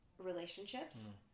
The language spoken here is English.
relationships